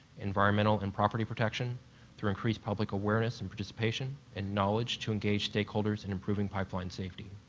environmental and property protection through increased public awareness and participation and knowledge to engage stakeholders in improving pipeline safety.